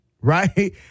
right